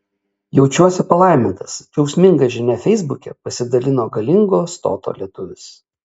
jaučiuosi palaimintas džiaugsminga žinia feisbuke pasidalino galingo stoto lietuvis